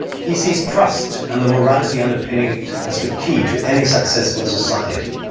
he sees trust and the morality underpinning it as the key to any successful society.